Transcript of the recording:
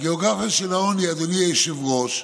הגיאוגרפיה של העוני, אדוני היושב-ראש,